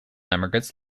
emigrants